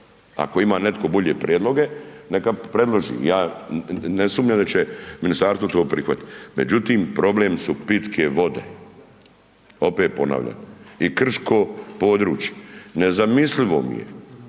Ako ima netko bolje prijedloge, neka predloži. Ja ne sumnjam da će ministarstvo to prihvatit. Međutim, problem su pitke vode, opet ponavljam, i krško područje. Nezamislivo mi je